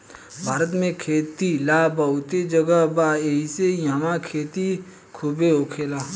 भारत में खेती ला बहुते जगह बा एहिसे इहवा खेती खुबे होखेला